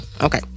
okay